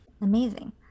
Amazing